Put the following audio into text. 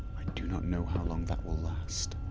do not know how long that will last